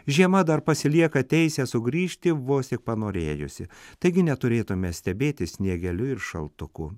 žiema dar pasilieka teisę sugrįžti vos tik panorėjusi taigi neturėtume stebėtis sniegeliu ir šaltuku